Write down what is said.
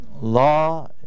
law